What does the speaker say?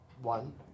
one